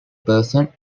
person